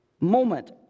moment